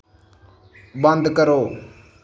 बंद करो